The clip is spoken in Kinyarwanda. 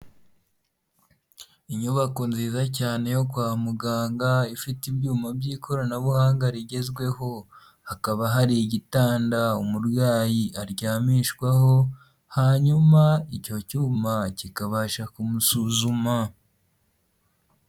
Inyubako nziza cyane yo kwa muganga, ifite ibyuma by'ikoranabuhanga rigezweho, hakaba hari igitanda umurwayi aryamishwaho, hanyuma icyo cyuma kikabasha kumusuzuma.